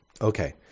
Okay